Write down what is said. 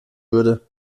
würde